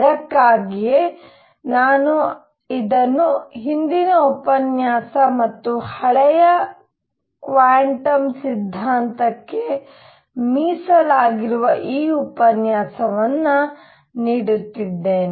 ಅದಕ್ಕಾಗಿಯೇ ನಾನು ಇದನ್ನು ಹಿಂದಿನ ಉಪನ್ಯಾಸ ಮತ್ತು ಹಳೆಯ ಕ್ವಾಂಟಮ್ ಸಿದ್ಧಾಂತಕ್ಕೆ ಮೀಸಲಾಗಿರುವ ಈ ಉಪನ್ಯಾಸವನ್ನು ನೀಡುತ್ತಿದ್ದೇನೆ